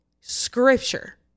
Scripture